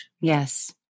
Yes